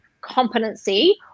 competency